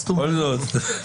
בכל זאת.